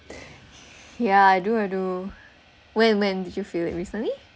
yeah I do I do when when did you feel it recently